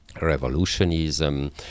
revolutionism